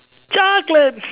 chocolates